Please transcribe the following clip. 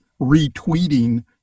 retweeting